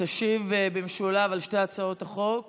ישיב במשולב על שתי הצעות החוק